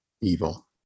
evil